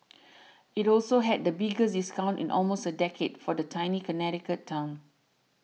it also had the biggest discounts in almost a decade for the Tony Connecticut town